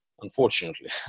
unfortunately